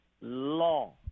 law